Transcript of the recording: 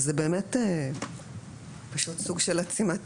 אז זה באמת פשוט סוג של עצימת עיניים,